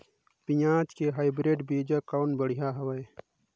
पियाज के हाईब्रिड बीजा कौन बढ़िया हवय?